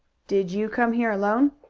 did you come here alone?